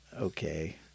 okay